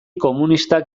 komunistak